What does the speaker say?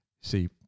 See